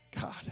God